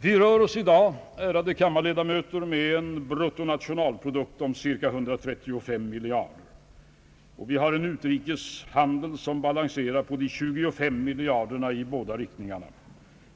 Vi rör oss i dag, ärade kammarledamöter, med en bruttonationalprodukt om cirka 1335 miljarder kronor, och vi har en utrikeshandel som balanserar på cirka 25 miljarder kronor i båda riktningarna.